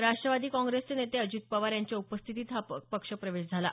राष्ट्रवादी काँग्रेसचे नेते अजित पवार यांच्या उपस्थितीत हा पक्षप्रवेश झाला